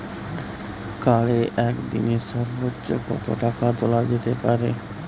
কার্ডে একদিনে সর্বোচ্চ কত টাকা তোলা যেতে পারে?